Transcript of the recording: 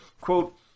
quote